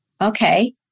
okay